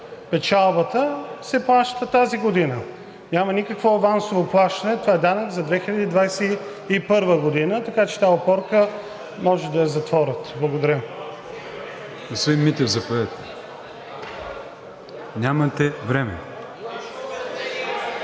печалбата се плаща тази година. Няма никакво авансово плащане. Това е данък за 2021 г., така че тази опорка може да я затворят. Благодаря. ПРЕДСЕДАТЕЛ